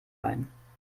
ein